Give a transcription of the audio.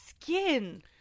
skin